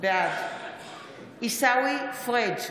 בעד עיסאווי פריג'